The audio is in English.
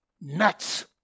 nuts